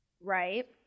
Right